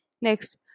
Next